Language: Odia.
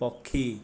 ପକ୍ଷୀ